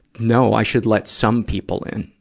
no, i should let some people in.